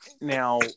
Now